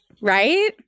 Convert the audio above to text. right